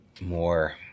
more